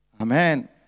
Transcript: Amen